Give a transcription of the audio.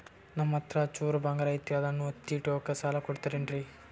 ನಮ್ಮಹತ್ರ ಚೂರು ಬಂಗಾರ ಐತಿ ಅದನ್ನ ಒತ್ತಿ ಇಟ್ಕೊಂಡು ಸಾಲ ಕೊಡ್ತಿರೇನ್ರಿ?